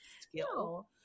skill